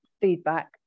feedback